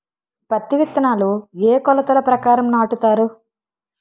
పత్తి విత్తనాలు ఏ ఏ కొలతల ప్రకారం నాటుతారు?